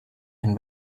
and